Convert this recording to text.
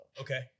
okay